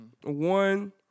one